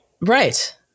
Right